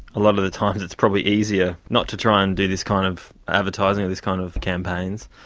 a lot of the time it's probably easier not to try and do this kind of advertising or these kind of campaigns.